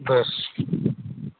ᱵᱮᱥ